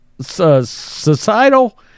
societal